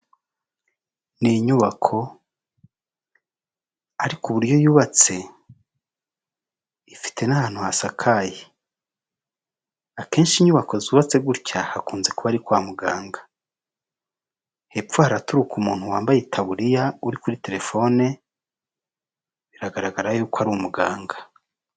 Ni inyubako ariko uburyo yubatse ifite n'ahantu hasakaye, akenshi inyubako zubatse gutya hakunze kuba ari kwa muganga, hepfo haraturuka umuntu wambaye itaburiya uri kuri telefone biragaragara yuko ari umuganga.